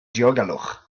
diogelwch